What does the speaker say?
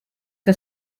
que